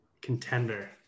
Contender